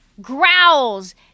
growls